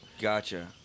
Gotcha